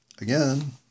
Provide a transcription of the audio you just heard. Again